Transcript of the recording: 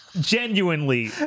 genuinely